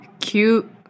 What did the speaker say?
cute